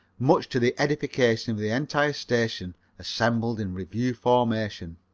much to the edification of the entire station assembled in review formation.